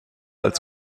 als